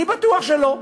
אני בטוח שלא.